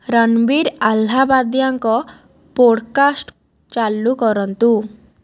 ରଣବୀର ଆଲ୍ହାବାଦିଆଙ୍କ ପୋଡ଼କାଷ୍ଟ ଚାଲୁ କରନ୍ତୁ